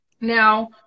Now